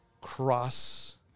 cross